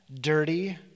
dirty